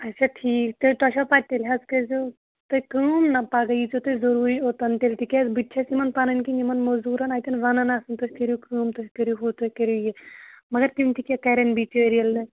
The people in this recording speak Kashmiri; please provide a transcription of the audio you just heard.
اچھا ٹھیٖک تہٕ تۄہہِ چھو پَتہٕ تیٚلہِ حظ کٔرۍ زیٚو تُہۍ کٲم نہ پَگہہ ییٖزیٚو تُہۍ ضروٗری اوٚتَن تیٚلہِ تِکیٛازِ بہٕ تہِ چھَس یِمَن پَنٕنۍ کِنۍ یِمَن موزوٗرَن اَتٮ۪ن وَنان آسان تُہۍ کٔرِو کٲم تُہۍ کٔرِو ہُہ تُہۍ کٔرِو یہِ مگر تِم تہِ کیٛاہ کَرٮ۪ن بِچٲرۍ ییٚلہِ نہٕ